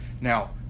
Now